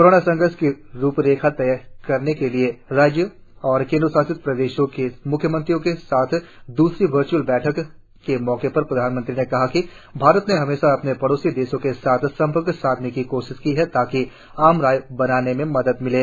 corona संघर्ष की रूपरेखा तय करने के लिए राज्यों और केन्द्रशासित प्रदेशों के म्ख्यमंत्रियों के साथ दूसरी वर्च्अल बैठक के मौके पर प्रधानमंत्री ने कहा कि भारत ने हमेशा अपने पड़ोसी देशों के साथ संपर्क साधने की कोशिश की है ताकि आम राय बनाने में मदद मिले